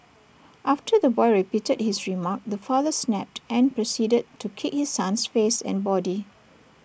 after the boy repeated his remark the father snapped and proceeded to kick his son's face and body